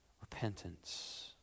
repentance